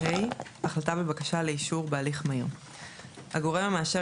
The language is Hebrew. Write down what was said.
החלטה בבקשה לאישור בהליך מהיר 26ה. (א)הגורם המאשר